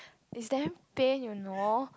is damn pain you know